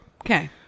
Okay